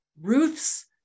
Ruth's